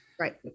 Right